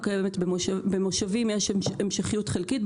במושבים יש המשכיות חלקית,